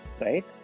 right